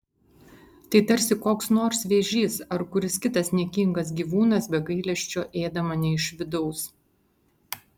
tai tarsi koks nors vėžys ar kuris kitas niekingas gyvūnas be gailesčio ėda mane iš vidaus